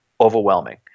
overwhelming